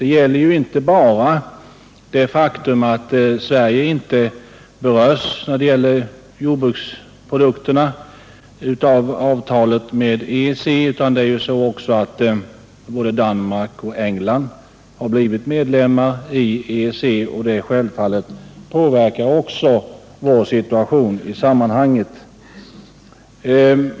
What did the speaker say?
Det gäller inte bara det faktum att Sverige i fråga om jordbruksprodukterna inte berörs av avtalet med EEC, utan också det förhållandet att både Danmark och England har blivit medlemmar av EEC, och det påverkar självfallet vår situation i sammanhanget.